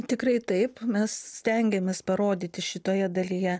tikrai taip mes stengiamės parodyti šitoje dalyje